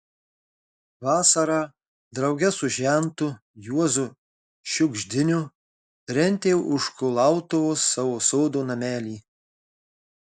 vasarą drauge su žentu juozu šiugždiniu rentė už kulautuvos savo sodo namelį